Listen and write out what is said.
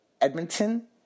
edmonton